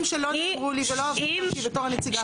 שלא נאמרו לי ולא --- בתור הנציגה שלה.